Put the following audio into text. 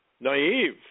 naive